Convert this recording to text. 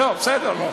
זהו, בסדר.